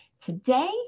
Today